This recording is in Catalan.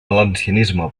valencianisme